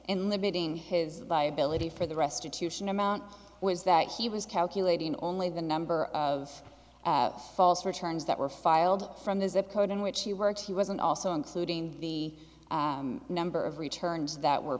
in limiting his viability for the restitution amount was that he was calculating only the number of false returns that were filed from the zip code in which he worked he wasn't also including the number of returns that were